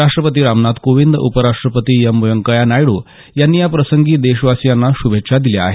राष्ट्रपती रामनाथ कोविंद उपराष्ट्रपती एम व्यंकय्या नायडू यांनी या प्रसंगी देशवासियांना शुभेच्छा दिल्या आहेत